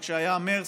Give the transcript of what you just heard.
וכשהיה המרס,